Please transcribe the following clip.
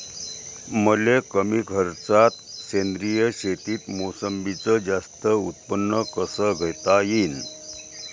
मले कमी खर्चात सेंद्रीय शेतीत मोसंबीचं जास्त उत्पन्न कस घेता येईन?